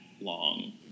long